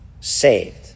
saved